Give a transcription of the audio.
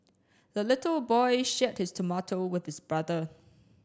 the little boy shared his tomato with his brother